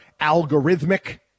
algorithmic